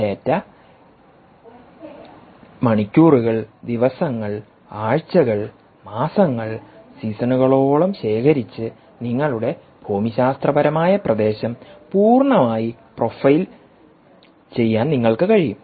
data മണിക്കൂറുകൾ ദിവസങ്ങൾആഴ്ചകൾ മാസങ്ങൾ സീസണുകളോളം ശേഖരിച്ച് നിങ്ങളുടെ ഭൂമിശാസ്ത്രപരമായ പ്രദേശം പൂർണ്ണമായി പ്രൊഫൈൽ ചെയ്യാൻ നിങ്ങൾക്ക് കഴിയും